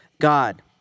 God